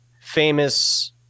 famous